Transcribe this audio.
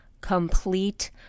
complete